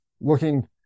looking